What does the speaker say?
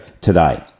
today